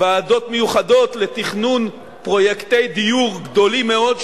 ועדות מיוחדות לתכנון פרויקטי דיור גדולים מאוד,